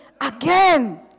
again